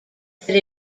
that